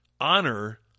honor